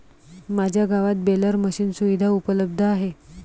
माझ्या गावात baler machinery सुविधा उपलब्ध आहे